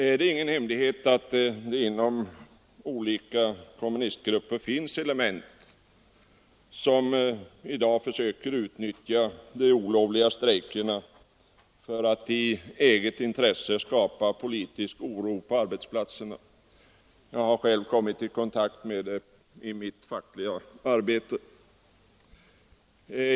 Det är ingen hemlighet att det inom olika kommunistgrupper finns element som i dag försöker utnyttja de olovliga strejkerna för att i eget intresse skapa politisk oro på arbetsplatserna. Jag har själv kommit i kontakt med det i mitt fackliga arbete.